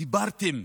דיברתם.